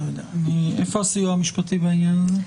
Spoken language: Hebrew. איפה הסיוע המשפטי בעניין הזה?